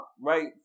right